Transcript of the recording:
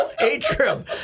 atrium